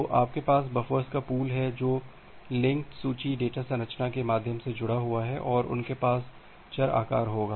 तो आपके पास बफ़र्स का पूल है जो लिंक्ड सूची डेटा संरचना के माध्यम से जुड़ा हुआ है और उनके पास चर आकार होगा